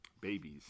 babies